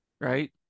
right